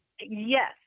Yes